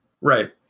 right